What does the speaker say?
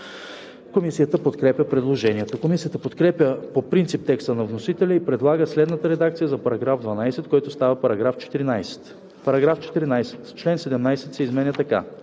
Комисията подкрепя предложението. Комисията подкрепя по принцип текста на вносителя и предлага следната редакция за § 12, който става § 14: „§ 14. Член 17 се изменя така: